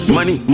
Money